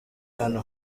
hano